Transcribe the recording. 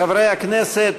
חברי הכנסת,